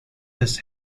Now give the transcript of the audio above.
this